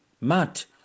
Matt